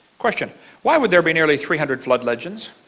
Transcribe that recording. question why would there be nearly three hundred flood legends?